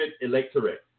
electorate